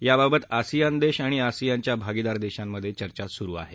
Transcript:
याबाबत आसियान देश आणि आसियानच्या भागिदार देशांमधे चर्चा सुरु आहे